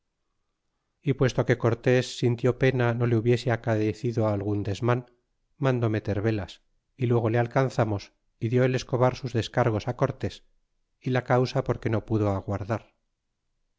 y puesto que cortés sintió pena no le hubiese acaecido algun desman mandó meter velas y luego le alcanzamos y dió el escobar sus descargos á cortés y la causa por que no pudo aguardar